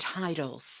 titles